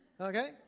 okay